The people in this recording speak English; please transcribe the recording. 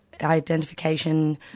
identification